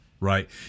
Right